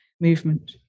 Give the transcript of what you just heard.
movement